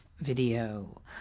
video